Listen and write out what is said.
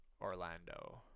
Orlando